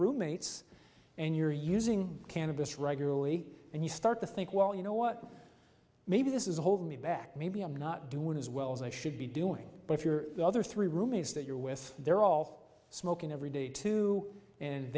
roommates and you're using cannabis regularly and you start to think well you know what maybe this is holding me back maybe i'm not doing as well as i should be doing but your other three roommates that you're with they're all smoking every day too and